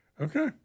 Okay